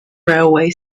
railway